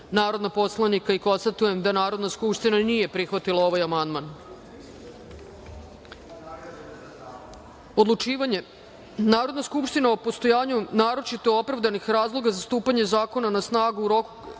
narodna poslanika. Konstatujem Narodna skupština nije prihvatila ovaj amandman. Odlučivanje Narodne skupštine o postojanju naročito opravdanih razloga za stupanje zakona na snagu u roku